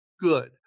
good